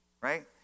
Right